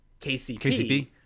KCP